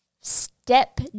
Step